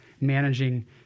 managing